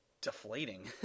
deflating